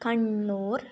Kannur